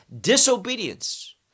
Disobedience